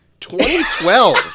2012